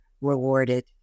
rewarded